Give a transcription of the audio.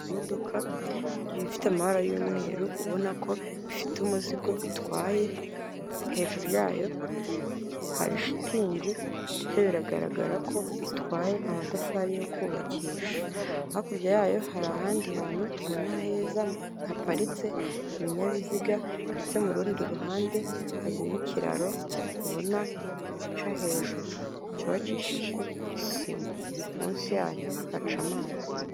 Imodoka iba ifite amabara y'umweru ubona ko ifite umuzigo itwaye hejuru yayo hari shitingi ndetse biragaragara ko itwaye amatafari yo kubakisha ,hakurya yayo hari ahandi hantu ubona heza haparitse ibinyabiziga ndetse mu rundi ruhande hari n'ikiraro ubona gica hejuru cyubakishije sima munsi yacyo haca amazi.